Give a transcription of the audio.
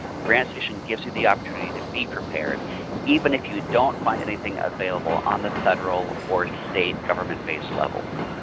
grantstation gives you the opportunity to be prepared even if you don't find anything available on the federal or state government base level.